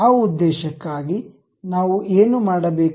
ಆ ಉದ್ದೇಶಕ್ಕಾಗಿ ನಾವು ಏನು ಮಾಡಬೇಕು